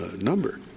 number